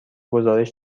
گزارش